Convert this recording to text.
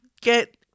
get